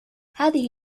هذه